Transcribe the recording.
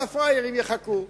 כל הפראיירים יחכו.